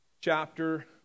chapter